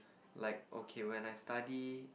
like okay when I study